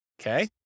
Okay